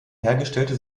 hergestellte